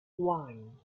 one